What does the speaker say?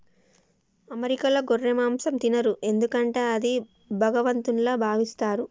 అమెరికాలో గొర్రె మాంసం తినరు ఎందుకంటే అది భగవంతుల్లా భావిస్తారు